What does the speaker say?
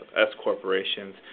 S-corporations